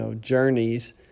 journeys